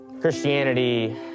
Christianity